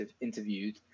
interviewed